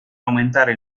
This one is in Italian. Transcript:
aumentare